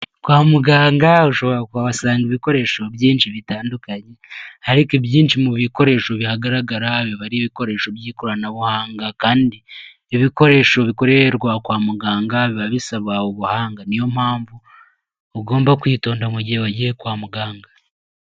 Kwa muganga ushobora kusanga ibikoresho byinshi bitandukanye, ariko ibyinshi mu bikoresho bihagaragara biba ari ibikoresho by'ikoranabuhanga, kandi ibikoresho bikorerwa kwa muganga biba bisaba ubuhanga, niyo mpamvu ugomba kwitonda mu gihe wagiye kwa muganga.